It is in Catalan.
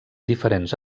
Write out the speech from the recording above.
diferents